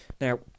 Now